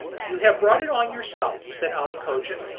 you have brought it on yourself, said ali cogia,